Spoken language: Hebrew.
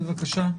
בבקשה,